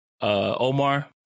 Omar